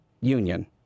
union